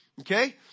Okay